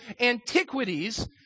antiquities